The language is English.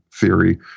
theory